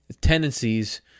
tendencies